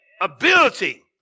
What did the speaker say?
ability